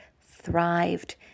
thrived